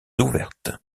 ouvertes